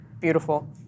Beautiful